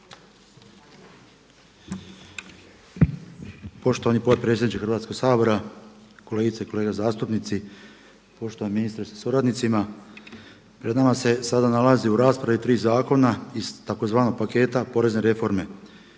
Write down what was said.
Poštovani potpredsjedniče Hrvatskog sabora, kolegice i kolege zastupnici, poštovani ministre sa suradnicima. Pred nama se sada nalaze u raspravi 3 zakona iz tzv. paketa porezne reforme.